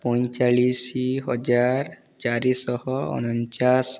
ପଇଁଚାଳିଶି ହଜାର ଚାରିଶହ ଅଣଚାଶ